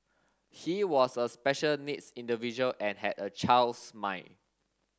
he was a special needs individual and had a child's mind